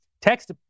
Text